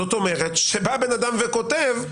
זאת אומרת שבא בן אדם וכותב,